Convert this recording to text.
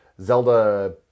Zelda